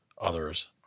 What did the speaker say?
others